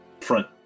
front